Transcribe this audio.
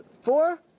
four